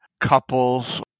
couples